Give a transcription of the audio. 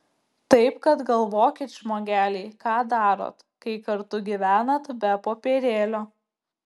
taip kad galvokit žmogeliai ką darot kai kartu gyvenat be popierėlio